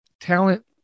talent